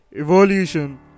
evolution